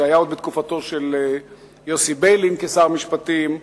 זה היה עוד בתקופתו של יוסי ביילין כשר המשפטים.